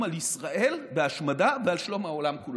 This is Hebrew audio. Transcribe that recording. על ישראל בהשמדה ועל שלום העולם כולו.